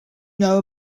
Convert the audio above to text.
know